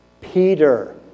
Peter